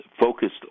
focused